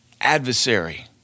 Adversary